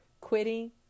quitting